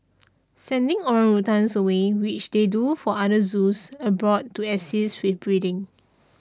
sending orangutans away which they do for other zoos abroad to assist with breeding